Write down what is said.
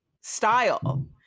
style